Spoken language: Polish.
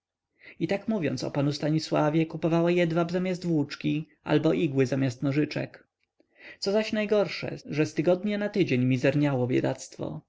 i tak mówiąc o panu stanisławie kupowała jedwab zamiast włóczki albo igły zamiast nożyczek co zaś najgorsze że z tygodnia na tydzień mizerniało biedactwo